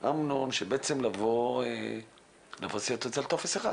של אמנון, בעצם לאחד את זה לטופס אחד.